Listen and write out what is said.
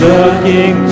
Looking